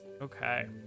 okay